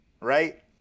Right